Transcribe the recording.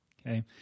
Okay